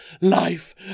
life